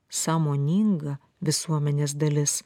sąmoninga visuomenės dalis